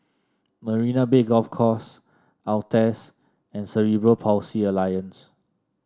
Marina Bay Golf Course Altez and Cerebral Palsy Alliance